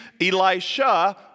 Elisha